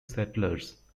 settlers